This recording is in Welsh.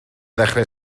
ddechrau